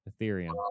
Ethereum